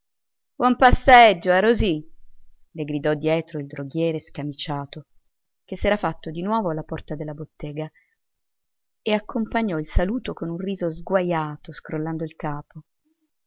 buon passeggio ah rosi le gridò dietro il droghiere scamiciato che s'era fatto di nuovo alla porta della bottega e accompagnò il saluto con un riso sguajato scrollando il capo